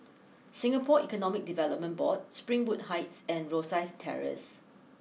Singapore Economic Development Board Springwood Heights and Rosyth Terrace